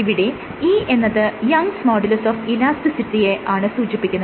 ഇവിടെ E എന്നത് Young's modulus of ഇലാസ്റ്റിസിറ്റിയെ ആണ് സൂചിപ്പിക്കുന്നത്